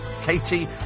Katie